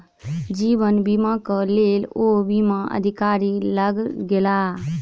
जीवन बीमाक लेल ओ बीमा अधिकारी लग गेला